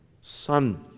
Son